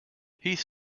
heath